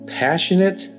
passionate